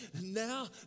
now